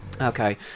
Okay